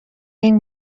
این